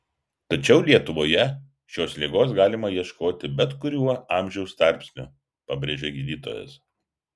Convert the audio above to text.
tačiau lietuvoje šios ligos galima ieškoti bet kuriuo amžiaus tarpsniu pabrėžia gydytojas